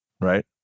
right